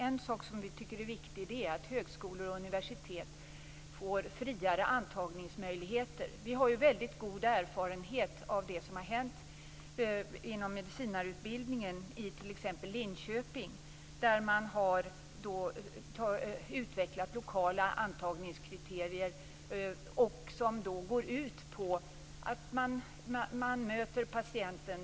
En viktig sak är dock att högskolor och universitet får friare antagningsmöjligheter. Vi har ju väldigt god erfarenhet av det som har hänt inom medicinarutbildningen i t.ex. Linköping där lokala antagningskriterier har utvecklats som går ut på att man möter studenten.